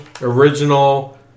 original